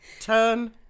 Turn